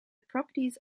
properties